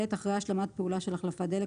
אחרי השלמת פעולה של החלפת דלק,